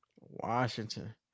Washington